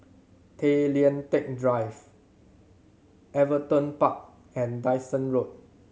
Tay Lian Teck Drive Everton Park and Dyson Road